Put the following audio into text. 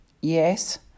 Yes